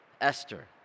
Esther